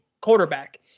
quarterback